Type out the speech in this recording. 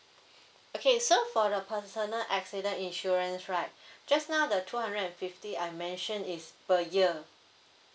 okay so for the personal accident insurance right just now the two hundred and fifty I mention is per year